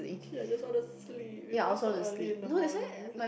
actually I just want to sleep we meet so early in the morning